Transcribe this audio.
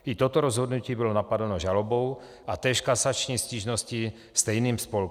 I toto rozhodnutí bylo napadeno žalobou a též kasační stížností stejným spolkem.